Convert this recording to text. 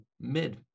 mid